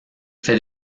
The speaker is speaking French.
fait